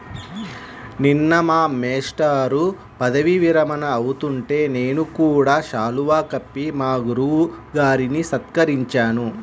నిన్న మా మేష్టారు పదవీ విరమణ అవుతుంటే నేను కూడా శాలువా కప్పి మా గురువు గారిని సత్కరించాను